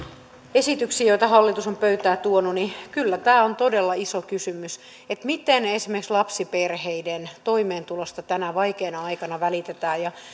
esityksiin joita hallitus on pöytään tuonut että kyllä tämä on todella iso kysymys miten esimerkiksi lapsiperheiden toimeentulosta tänä vaikeana aikana välitetään